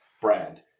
brand